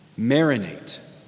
Marinate